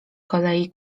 kolei